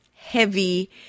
heavy